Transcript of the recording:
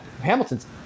Hamilton's